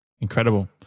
Incredible